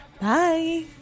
bye